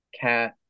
Cat